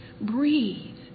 breathe